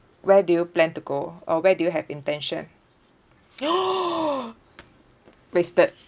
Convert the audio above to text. where do you plan to go or where do you have intention oh wasted